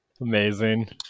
Amazing